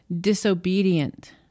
Disobedient